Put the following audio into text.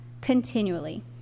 continually